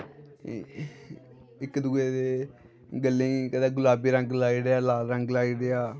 ते इक दुए दे गाले गी गलाबी रंग लाई ओड़ेआ लाल रंग लाई ओड़ेआ